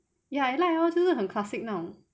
ya I like lor 就是很 classic 那种